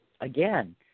again